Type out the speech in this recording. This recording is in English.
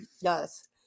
Yes